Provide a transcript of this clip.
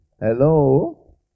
Hello